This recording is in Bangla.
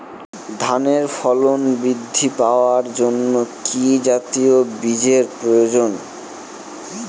ধানে ফলন বৃদ্ধি পাওয়ার জন্য কি জাতীয় বীজের প্রয়োজন?